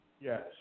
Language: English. Yes